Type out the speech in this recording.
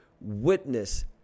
witness